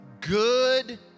good